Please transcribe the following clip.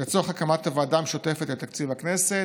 לצורך הקמת הוועדה המשותפת לתקציב הכנסת.